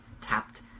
tapped